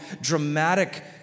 dramatic